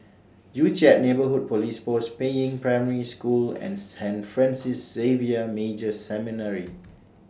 Joo Chiat Neighbourhood Police Post Peiying Primary School and Saint Francis Xavier Major Seminary